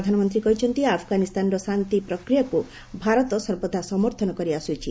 ପ୍ରଧାନମନ୍ତ୍ରୀ କହିଛନ୍ତି ଆଫ୍ଗାନିସ୍ତାନର ଶାନ୍ତି ପ୍ରକ୍ରିୟାକୁ ଭାରତ ସର୍ବଦା ସମର୍ଥନ କରି ଆସିଛି